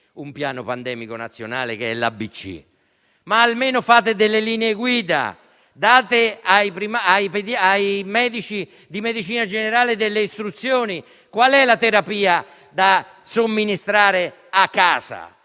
un piano pandemico nazionale, che è l'ABC), ma almeno fate delle linee guida e date ai medici di medicina generale delle istruzioni. Qual è la terapia da somministrare a casa?